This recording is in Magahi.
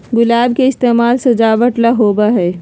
गुलाब के इस्तेमाल सजावट ला होबा हई